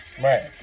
Right